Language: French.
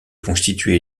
constitué